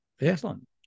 Excellent